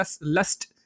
lust